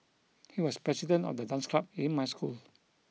he was the president of the dance club in my school